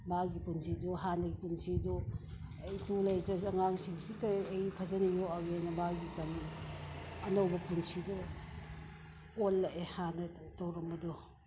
ꯃꯥꯒꯤ ꯄꯨꯟꯁꯤꯗꯨ ꯍꯥꯟꯅꯒꯤ ꯄꯨꯟꯁꯤꯗꯨ ꯑꯩ ꯏꯇꯨ ꯂꯩꯇ꯭ꯔꯁꯨ ꯑꯉꯥꯡꯁꯤꯡꯁꯤꯇ ꯑꯩ ꯐꯖꯅ ꯌꯣꯛꯑꯒꯦꯅ ꯃꯥꯒꯤ ꯀꯔꯤ ꯑꯅꯧꯕ ꯄꯨꯟꯁꯤꯗꯨ ꯑꯣꯜꯂꯛꯑꯦ ꯍꯥꯟꯅ ꯇꯧꯔꯝꯕꯗꯨ